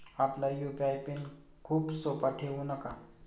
आपला UPI PIN खूप सोपा ठेवू नका